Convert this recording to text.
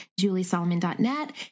juliesolomon.net